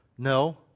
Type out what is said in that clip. No